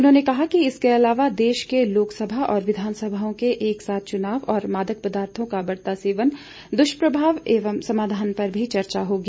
उन्होंने कहा कि इसके अलावा देश में लोक सभा और विघानसभाओं के एक साथ चुनाव और मादक पदार्थों का बढ़ता सेवन दुष्प्रभाव एवं समाधान पर भी चर्चा होगी